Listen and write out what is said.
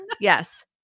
Yes